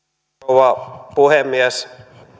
rouva puhemies